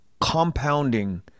compounding